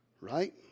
right